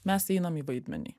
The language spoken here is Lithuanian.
mes einam į vaidmenį